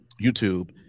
YouTube